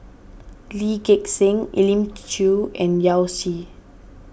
Lee Gek Seng Elim Chew and Yao Zi